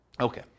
Okay